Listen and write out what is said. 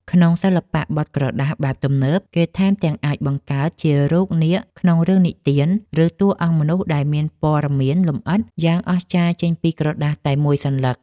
ក្នុងសិល្បៈបត់ក្រដាសបែបទំនើប គេថែមទាំងអាចបង្កើតជារូបនាគក្នុងរឿងនិទាន ឬតួអង្គមនុស្សដែលមានព័ត៌មានលម្អិតយ៉ាងអស្ចារ្យចេញពីក្រដាសតែមួយសន្លឹក។